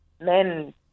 men